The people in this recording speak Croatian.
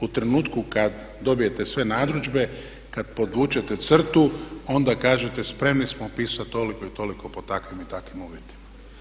U trenutku kad dobijete sve narudžbe, kad podvučete crtu onda kažete spremni smo upisati toliko i toliko po takvim i takvim uvjetima.